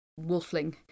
wolfling